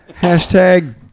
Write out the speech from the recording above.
Hashtag